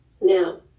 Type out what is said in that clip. now